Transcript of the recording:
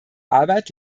arbeit